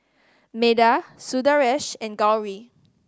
Medha Sundaresh and Gauri